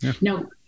No